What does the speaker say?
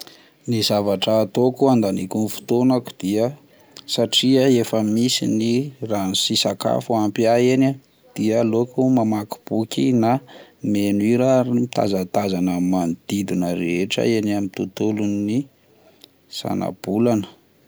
Ny zavatra ataoko handaniko ny fotoanako dia satria efa misy ny rano sy sakafo ampy ahy eny ah, de aleoko mamaky boky na mihaino hira ary mitazatazana ny manodidina rehetra eny amin'ny tontolon' ny zana-bolana.